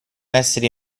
essere